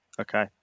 Okay